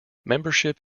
membership